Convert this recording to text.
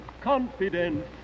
confidence